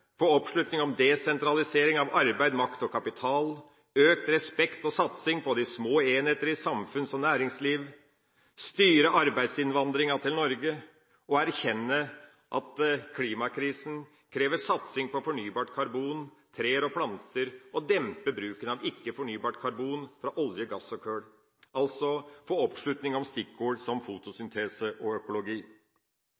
oppslutning om desentralisering av arbeid, makt og kapital, økt respekt og satsing på de små enheter i et samfunns- og næringsliv, styre arbeidsinnvandringa til Norge og erkjenne at klimakrisen krever satsing på fornybart karbon, trær og planter, og dempe bruken av ikke-fornybart karbon fra olje, gass og kull – altså, få oppslutning om stikkord som